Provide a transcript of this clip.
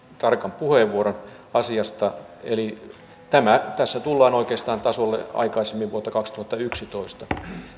tarkan puheenvuoron asiasta tässä tullaan oikeastaan tasolle ennen vuotta kaksituhattayksitoista